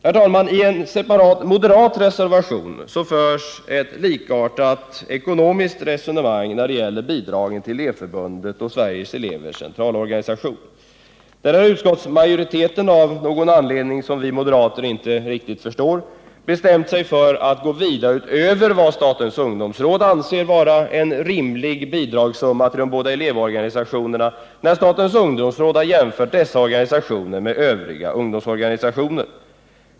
Herr talman! I en separat moderat reservation förs ett likartat ekonomiskt resonemang när det gäller bidragen till Elevförbundet och Sveriges elevers centralorganisation. Här har utskottsmajoriteten, av någon anledning som vi moderater inte riktigt förstår, bestämt sig för att gå vida utöver vad statens ungdomsråd vid en jämförelse med övriga ungdomsorganisationer ansett vara en rimlig bidragssumma för de båda elevorganisationerna.